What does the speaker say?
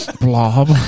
Blob